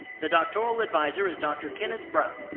the doctoral advisor is dr. kenneth brown.